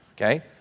okay